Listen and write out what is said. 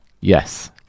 Yes